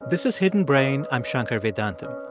this is hidden brain. i'm shankar vedantam.